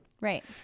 Right